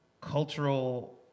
cultural